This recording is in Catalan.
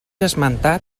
esmentat